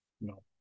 No